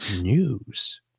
news